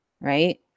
Right